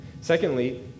Secondly